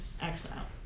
exile